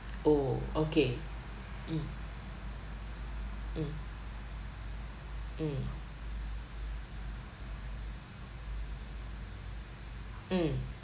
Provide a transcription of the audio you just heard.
oh okay mm mm mm mm